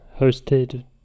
...hosted